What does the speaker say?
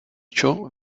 ciò